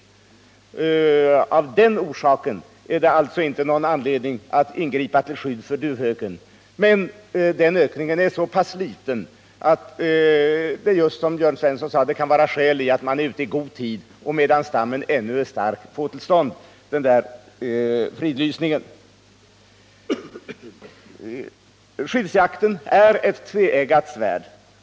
Av den orsaken finns det alltså ingen anledning att ingripa till skydd för duvhöken. Ökningen är emellertid så pass liten att det som Jörn Svensson sade kan vara skäl i att vara ute i god tid och medan stammen ännu är stark få till stånd en fridlysning. Skyddsjakten är ett tveeggat svärd.